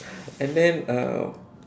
and then um